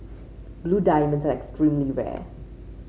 blue diamonds are extremely rare